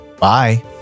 Bye